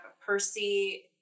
Percy